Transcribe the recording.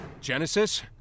Genesis